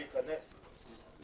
אנא